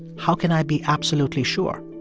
how can i be absolutely sure?